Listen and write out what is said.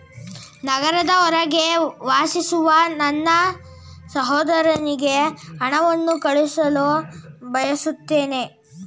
ನಗರದ ಹೊರಗೆ ವಾಸಿಸುವ ನನ್ನ ಸಹೋದರನಿಗೆ ಹಣವನ್ನು ಕಳುಹಿಸಲು ಬಯಸುತ್ತೇನೆ